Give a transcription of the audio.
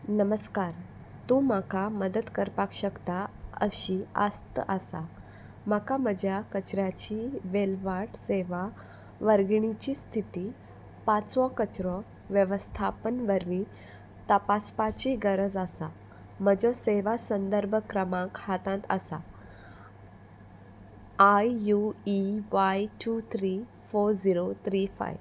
नमस्कार तूं म्हाका मदत करपाक शकता अशी आस्त आसा म्हाका म्हज्या कचऱ्याची विलेवाट सेवा वर्गणीची स्थिती पांचवो कचरो वेवस्थापन वरवीं तपासपाची गरज आसा म्हजो सेवा संदर्भ क्रमांक हातांत आसा I U E Y two three four zero three five